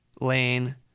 Lane